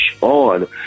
on